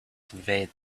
conveyed